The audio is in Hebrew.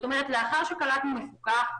לאחר שקלטנו מפוקח,